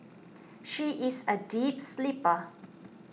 she is a deep sleeper